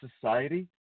society